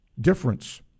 difference